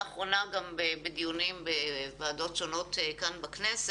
לאחרונה הנושא עלה בדיונים של ועדות שונות בכנסת.